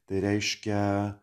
tai reiškia